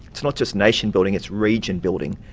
it's not just nation-building, it's region-building,